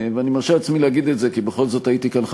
לא הספקתי להכין שיעורי-בית.